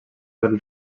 del